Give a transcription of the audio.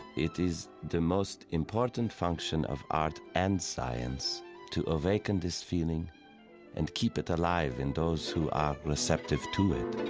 it is the most important function of art and science to awaken this feeling and keep it alive in those who are receptive to it